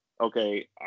okay